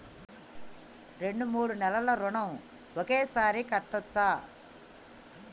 రెండు మూడు నెలల ఋణం ఒకేసారి కట్టచ్చా?